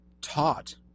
taught